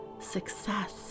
success